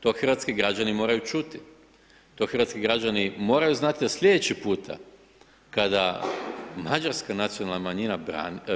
To hrvatski građani moraju čuti, to hrvatski građani moraju znati do sljedeći puta, kada mađarska nacionalna manjina